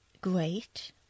great